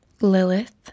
Lilith